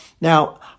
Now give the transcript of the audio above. Now